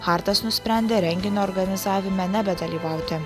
hartas nusprendė renginio organizavime nebedalyvauti